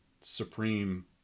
supreme